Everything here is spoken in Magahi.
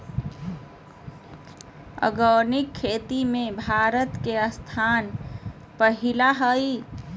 आर्गेनिक खेती में भारत के स्थान पहिला हइ